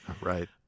Right